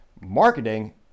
Marketing